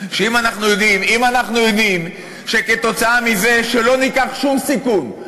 שאם אנחנו יודעים שכתוצאה מזה שלא ניקח שום סיכון,